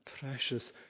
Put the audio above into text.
precious